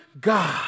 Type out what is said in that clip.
God